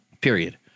period